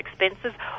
expenses